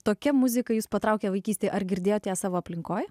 tokia muzika jus patraukė vaikystėje ar girdėjote savo aplinkoje